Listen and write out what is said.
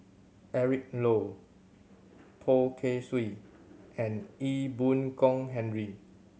Eric Low Poh Kay Swee and Ee Boon Kong Henry